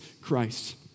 Christ